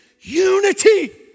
Unity